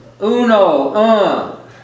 Uno